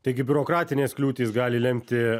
taigi biurokratinės kliūtys gali lemti